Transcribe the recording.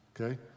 Okay